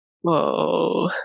whoa